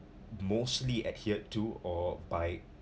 mostly adhered to or by